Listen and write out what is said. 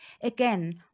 Again